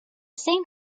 same